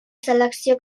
selecció